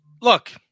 look